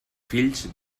fills